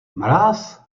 mráz